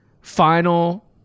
final